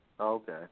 Okay